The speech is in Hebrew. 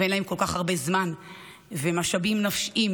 ואין להן כל כך הרבה זמן ומשאבים נפשיים